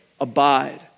abide